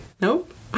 nope